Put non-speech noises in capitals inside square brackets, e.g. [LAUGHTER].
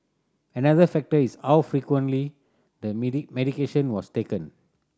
another factor is how frequently the [UNINTELLIGIBLE] medication was taken